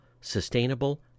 sustainable